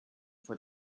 for